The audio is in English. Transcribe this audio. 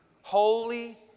holy